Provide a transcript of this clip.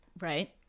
right